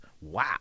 Wow